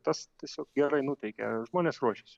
tas tiesiog gerai nuteikia žmonės ruošiasi